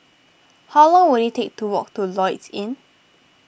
how long will it take to walk to Lloyds Inn